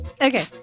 Okay